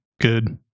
Good